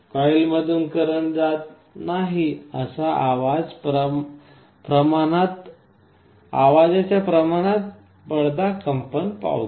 कॉइलमधून current जात नाही तर आवाजाच्या प्रमाणात पडदा कंपन पावतो